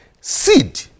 seed